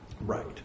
Right